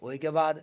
ओइके बाद